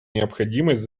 необходимость